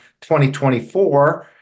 2024